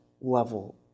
level